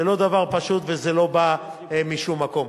זה לא דבר פשוט, וזה לא בא משום מקום.